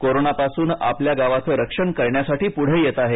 कोरोनापासून आपल्या गावाचं रक्षण करण्यासाठी पुढे येत आहेत